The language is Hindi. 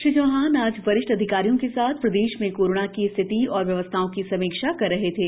श्री चौहान आज वरिष्ठ अधिकारियों के साथ प्रदेश में कोरोना की स्थिति एवं व्यवस्थाओं की समीक्षा कर रहे थे